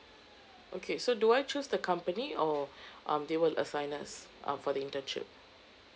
okay so do I choose the company or um they will assign us um for the internship